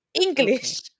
English